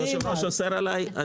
היושב-ראש אוסר עליי.